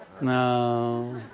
No